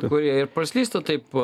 kurie ir praslysta taip